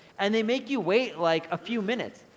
and they make you wait, like, a few minutes.